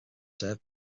served